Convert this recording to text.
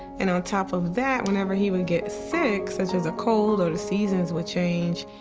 and on top of that, whenever he would get sick, such as a cold or the seasons would change,